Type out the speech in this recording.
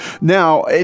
Now